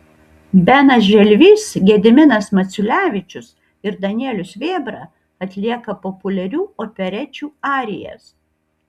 benas želvys gediminas maciulevičius ir danielius vėbra atlieka populiarių operečių arijas